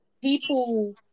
people